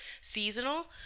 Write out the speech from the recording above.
seasonal